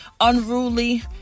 unruly